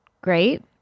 great